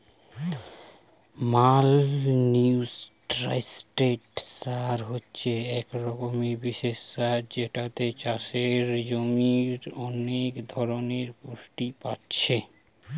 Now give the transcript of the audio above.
multinutrient সার হচ্ছে এক রকমের বিশেষ সার যেটাতে চাষের জমির অনেক ধরণের পুষ্টি পাচ্ছে